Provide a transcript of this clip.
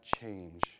change